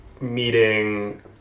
meeting